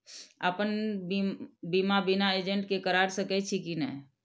अपन बीमा बिना एजेंट के करार सकेछी कि नहिं?